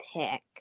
pick